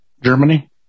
Germany